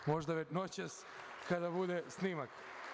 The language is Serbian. Možda noćas kada bude snimak.